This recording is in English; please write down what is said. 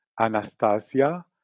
anastasia